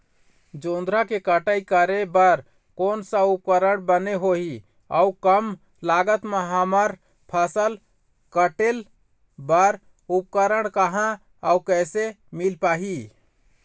जोंधरा के कटाई करें बर कोन सा उपकरण बने होही अऊ कम लागत मा हमर फसल कटेल बार उपकरण कहा अउ कैसे मील पाही?